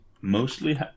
mostly